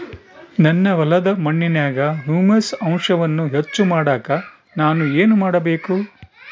ನನ್ನ ಹೊಲದ ಮಣ್ಣಿನಾಗ ಹ್ಯೂಮಸ್ ಅಂಶವನ್ನ ಹೆಚ್ಚು ಮಾಡಾಕ ನಾನು ಏನು ಮಾಡಬೇಕು?